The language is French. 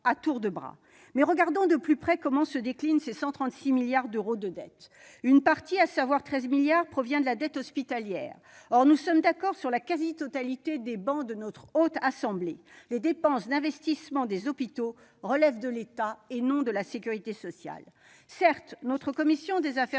à tour de bras. Mais regardons de plus près comment se déclinent ces 136 milliards d'euros de dette : une partie, à savoir 13 milliards d'euros, provient de la dette hospitalière. Or, sur la quasi-totalité des travées de la Haute Assemblée, nous sommes d'accord : les dépenses d'investissement des hôpitaux relèvent de l'État, et non de la sécurité sociale. Certes, notre commission des affaires